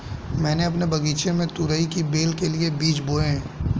मैंने अपने बगीचे में तुरई की बेल के लिए बीज बोए